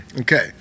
Okay